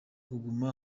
kuguma